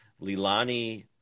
Lilani